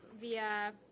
via